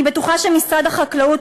אני בטוחה שמשרד החקלאות,